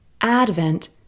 Advent